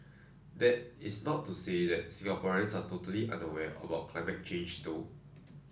that is not to say that Singaporeans are totally unaware about climate change though